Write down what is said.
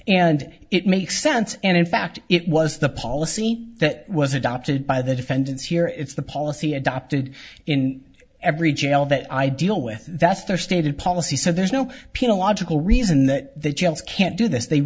and it makes sense and in fact it was the policy that was adopted by the defendants here it's the policy adopted in every jail that i deal with that's their stated policy so there's no peta logical reason that can't do this they